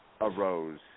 arose